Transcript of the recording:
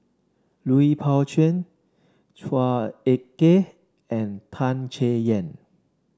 Lui Pao Chuen Chua Ek Kay and Tan Chay Yan